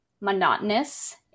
monotonous